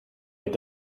mit